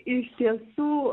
iš tiesų